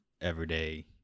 everyday